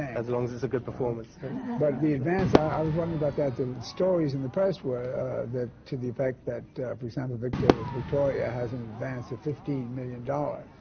as long as it's a good performance. but the advance, i was wondering about that. the stories in the press were to the effect that, victor victoria has an advance of fifteen million dollars.